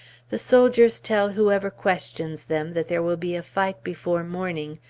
the soldiers tell whoever questions them that there will be a fight before morning,